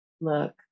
look